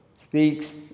speaks